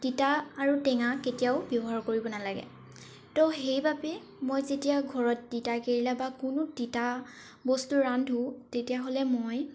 তিতা আৰু টেঙা কেতিয়াও ব্যৱহাৰ কৰিব নালাগে ত' সেইবাবে মই যেতিয়া ঘৰত তিতাকেৰেলা বা কোনো তিতা বস্তু ৰান্ধো তেতিয়াহ'লে মই